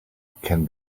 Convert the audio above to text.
can